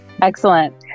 excellent